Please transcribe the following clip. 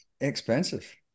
Expensive